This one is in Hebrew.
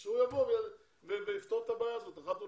אז שיבוא ויפתור את הבעיה הזאת אחת ולתמיד.